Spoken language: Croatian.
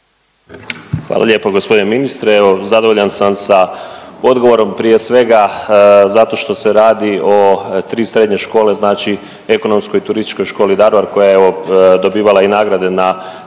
Hvala lijepo g. ministre. Evo zadovoljan sam sa odgovorom, prije svega zato što se radi o tri srednje škole, znači Ekonomskoj i turističkoj školi Daruvar, koja je evo dobivala i nagrade na